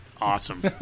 Awesome